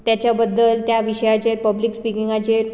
तेच्या बद्दल त्या विशयाचेर पब्लिक स्पिकीगांचेर